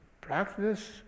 practice